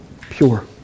pure